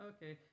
Okay